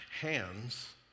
hands